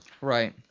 Right